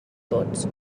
tots